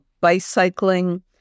bicycling